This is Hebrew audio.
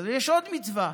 יש עוד מצווה.